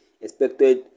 expected